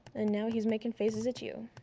and now he's making faces at you